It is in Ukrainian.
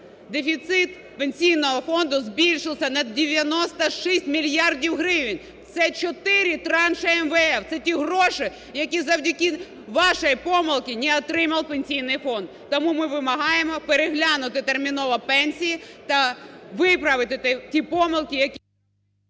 Дефіцит Пенсійного фонду збільшився на 96 мільярдів гривень! Це чотири транші МВФ! Це ті гроші, які завдяки вашій помилці не отримав Пенсійний фонд. Тому ми вимагаємо переглянути терміново пенсії та виправити ті помилки… ГОЛОВУЮЧИЙ.